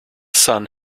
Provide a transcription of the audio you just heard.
sun